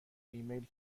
ایمیلی